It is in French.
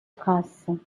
traces